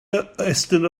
estyn